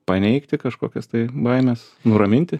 paneigti kažkokias tai baimes nuraminti